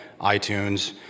iTunes